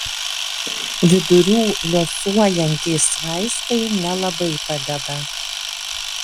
vidurių liuosuojantys vaistai nelabai padeda